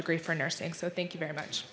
degree for nursing so thank you very much